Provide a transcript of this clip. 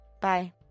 Bye